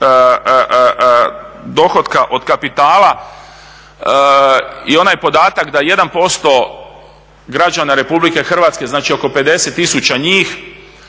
dohotka od kapitala i onaj podatak da 1% građana RH znači oko 50 tisuća njih